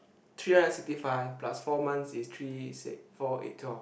three hundred sixty five plus four months is three six four eight twelve